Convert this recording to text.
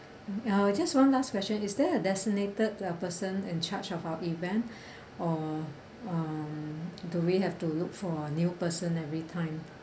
uh just one last question is there a designated uh person in charge of our event or um do we have to look for a new person every time